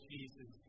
Jesus